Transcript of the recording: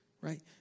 right